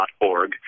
org